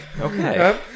okay